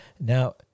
Now